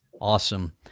Awesome